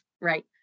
right